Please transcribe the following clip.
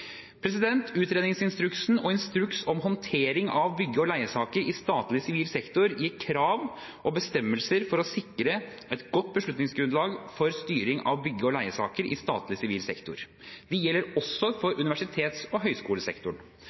Utredningsinstruksen og Instruks om håndtering av bygge- og leiesaker i statlig sivil sektor gir krav og bestemmelser for å sikre et godt beslutningsgrunnlag for styring av bygge- og leiesaker i statlig sivil sektor. Det gjelder også for universitets- og høyskolesektoren.